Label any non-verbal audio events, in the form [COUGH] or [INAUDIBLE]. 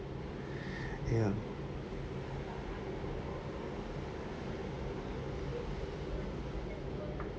[BREATH] ya